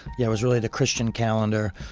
yeah it was really the christian calendar,